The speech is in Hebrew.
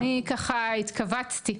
אני ככה התכווצתי,